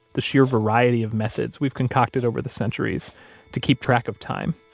the sheer variety of methods we've concocted over the centuries to keep track of time.